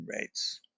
rates